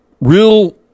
real